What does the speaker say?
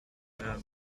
her